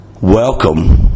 welcome